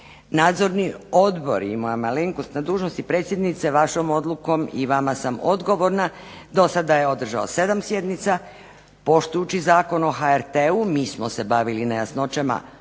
Nadzorni odbor i moja malenkost na dužnosti predsjednice, vašom odlukom i vama sam odgovorna do sada je održao 7 sjednica poštujući Zakon o HRT-u mi smo se bavili nejasnoćama,